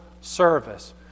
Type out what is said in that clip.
service